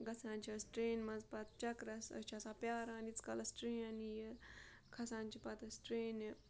گژھان چھِ أسۍ ٹرٛینہِ منٛز پَتہٕ چَکرَس أسۍ چھِ آسان پیٛاران ییٖتِس کالَس ٹرٛین یِیہِ کھَسان چھِ پَتہٕ أسۍ ٹرٛینہِ